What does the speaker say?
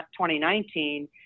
2019